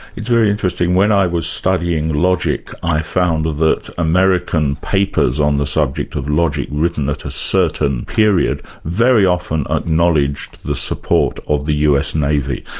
it's very interesting, when i was studying logic i found that american papers on the subject of logic written at a certain period, very often acknowledged the support of the us navy,